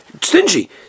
stingy